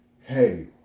hey